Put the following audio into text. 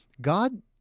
God